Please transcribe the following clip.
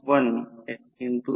तर K 110